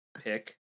pick